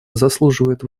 заслуживает